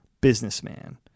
businessman